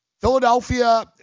Philadelphia